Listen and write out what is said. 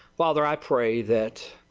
father i pray that